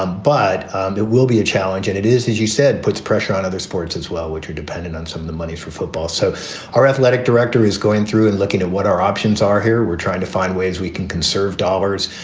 ah but and it will be a challenge. and it is, as you said, puts pressure on other sports as well, which are dependent on some of the money for football. so our athletic director is going through and looking at what our options are here. we're trying to find ways we can conserve dollars.